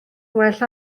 well